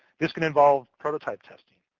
this can involve prototype testing,